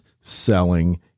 selling